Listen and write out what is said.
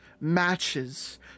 matches